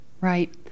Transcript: right